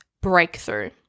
breakthrough